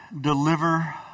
deliver